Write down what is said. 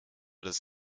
des